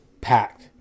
packed